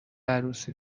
عروسی